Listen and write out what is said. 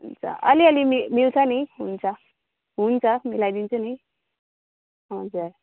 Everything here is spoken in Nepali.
हुन्छ अलिअलि मिल्छ नि हुन्छ मिलाइदिन्छु नि हुन्छ